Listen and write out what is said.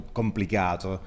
complicato